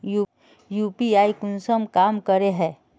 UPI कुंसम काम करे है?